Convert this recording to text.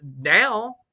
now